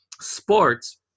Sports